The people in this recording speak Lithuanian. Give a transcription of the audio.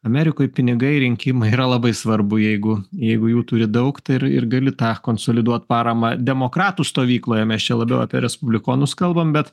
amerikoj pinigai rinkimai yra labai svarbu jeigu jeigu jų turi daug ir ir gali tą konsoliduot paramą demokratų stovykloje mes čia labiau apie respublikonus kalbam bet